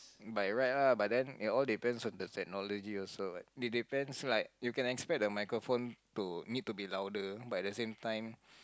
by right lah but then it all depend on technology also what it depends like you can't expect the microphone to need to be louder but the same time